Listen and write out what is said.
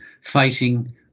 fighting